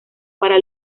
para